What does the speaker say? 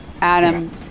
Adam